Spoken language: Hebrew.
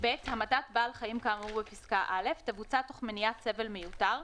(ב)המתת בעל החיים כאמור בפסקה (א) תבוצע תוך מניעת סבל מיותר,